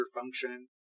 function